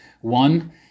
One